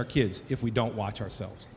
our kids if we don't watch ourselves